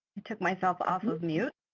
took myself off of mute.